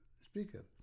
speaker